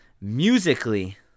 musically